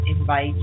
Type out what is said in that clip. invite